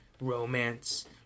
romance